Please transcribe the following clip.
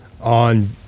on